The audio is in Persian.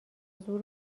زور